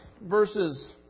verses